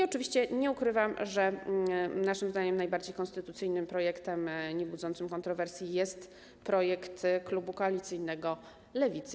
Oczywiście nie ukrywam, że naszym zdaniem najbardziej konstytucyjnym, niebudzącym kontrowersji projektem jest projekt klubu koalicyjnego Lewicy.